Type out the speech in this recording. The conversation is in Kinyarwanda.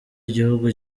igihugu